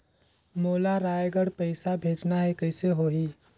मोला रायगढ़ पइसा भेजना हैं, कइसे होही?